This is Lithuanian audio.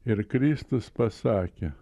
ir kristus pasakė